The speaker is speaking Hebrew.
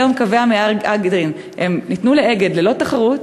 היום קווי מהדרין ניתנו ל"אגד" ללא תחרות,